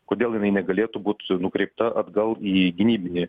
kodėl jinai negalėtų būt nukreipta atgal į gynybinį